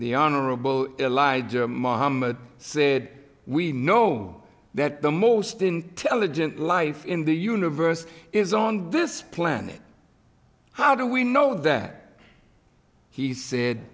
the honorable elijah muhammad said we know that the most intelligent life in the universe is on this planet how do we know that he said